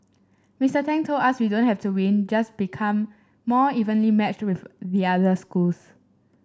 Mister Tang told us we don't have to win just become more evenly matched with the other schools